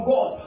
God